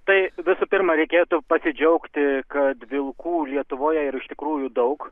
tai visų pirma reikėtų pasidžiaugti kad vilkų lietuvoje yra iš tikrųjų daug